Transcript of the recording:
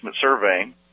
surveying